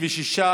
66,